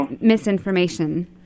misinformation